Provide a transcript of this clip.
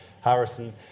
Harrison